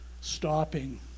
stopping